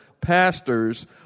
Pastors